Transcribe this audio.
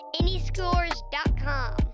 anyscores.com